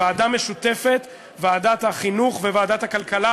ועדה משותפת לוועדת החינוך וועדת הכלכלה